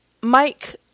Mike